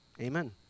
Amen